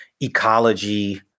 ecology